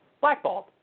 blackballed